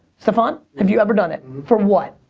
staphon, have you ever done it? for what?